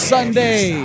Sunday